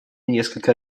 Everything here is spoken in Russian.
несколько